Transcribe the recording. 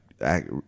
act